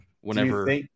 whenever